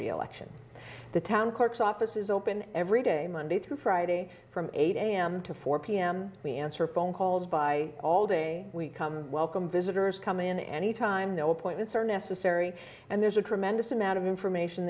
re election the town courts offices open every day monday through friday from eight am to four pm we answer phone calls by all day we come welcome visitors come in anytime no appointments are necessary and there's a tremendous amount of information